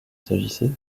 s’agissait